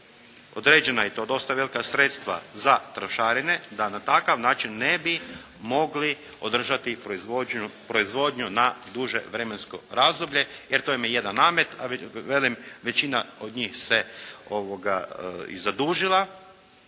određena i to dosta velika sredstva za trošarine, da na takav način ne bi mogli održati proizvodnju na duže vremensko razdoblje jer to jedan namet, a kažem većina od njih se i zadužila.